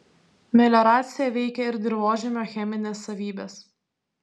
melioracija veikia ir dirvožemio chemines savybes